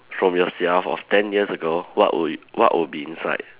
from yourself of ten years ago what will it what will be inside